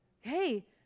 hey